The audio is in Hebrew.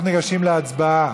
אנחנו ניגשים להצבעה.